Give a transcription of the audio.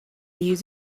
use